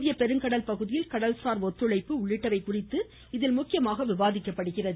இந்திய பெருங்கடல் பகுதியில் கடல்சார் ஒத்துழைப்பு உள்ளிட்டவை குறித்து இதில் முக்கியமாக விவாதிக்கப்படுகிறது